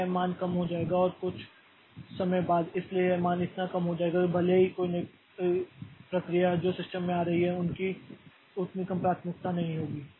तो यह मान कम हो जाएगा और कुछ समय बाद इसलिए यह मान इतना कम हो जाएगा कि भले ही एक नई प्रक्रिया जो सिस्टम में आ रही है उनकी उतनी कम प्राथमिकता नहीं होगी